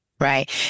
Right